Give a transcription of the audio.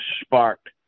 sparked